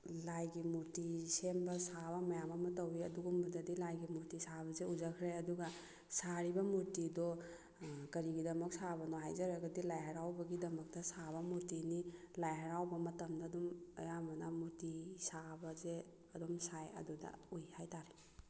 ꯂꯥꯏꯒꯤ ꯃꯨꯔꯇꯤ ꯁꯦꯝꯕ ꯁꯥꯕ ꯃꯌꯥꯝ ꯑꯃ ꯇꯧꯋꯤ ꯑꯗꯨꯒꯨꯝꯕꯗꯗꯤ ꯂꯥꯏꯒꯤ ꯃꯨꯔꯇꯤ ꯁꯥꯕꯁꯦ ꯎꯖꯈ꯭ꯔꯦ ꯑꯗꯨꯒ ꯁꯥꯔꯤꯕ ꯃꯨꯔꯇꯤꯗꯣ ꯀꯔꯤꯒꯤꯗꯃꯛ ꯁꯥꯕꯅꯣ ꯍꯥꯏꯖꯔꯒꯗꯤ ꯂꯥꯏ ꯍꯔꯥꯎꯕꯒꯤꯃꯗꯛꯇ ꯁꯥꯕ ꯃꯨꯔꯇꯤꯅꯤ ꯂꯥꯏ ꯍꯔꯥꯎꯕ ꯃꯇꯝꯗ ꯑꯗꯨꯝ ꯑꯌꯥꯝꯕꯅ ꯃꯨꯔꯇꯤ ꯁꯥꯕꯁꯦ ꯑꯗꯨꯝ ꯁꯥꯏ ꯑꯗꯨꯗ ꯎꯏ ꯍꯥꯏ ꯇꯥꯔꯦ